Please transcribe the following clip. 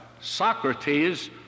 Socrates